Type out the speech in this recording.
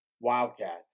Wildcats